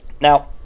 Now